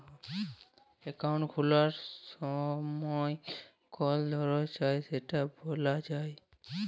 account খুলার ছময় কল ধরল চায় সেট ব্যলা যায়